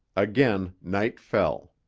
again night fell.